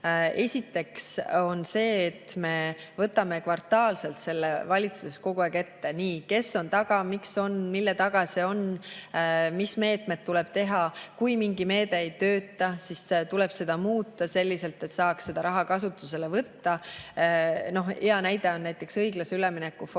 Esiteks on see, et võtame kvartaalselt selle valitsuses kogu aeg ette: nii, kes on taga, miks, mille taga see on, mis meetmed tuleb teha? Kui mingi meede ei tööta, siis tuleb seda muuta selliselt, et saaks raha kasutusele võtta. Hea näide on õiglase ülemineku fondi